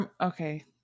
okay